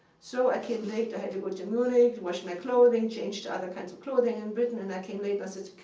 so i came late. i had to go but to munich, wash my clothing, change to other kinds of clothing in britain, and i came late. i said,